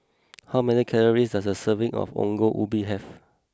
how many calories does a serving of Ongol Ubi have